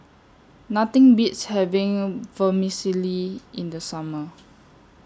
Nothing Beats having Vermicelli in The Summer